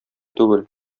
түгел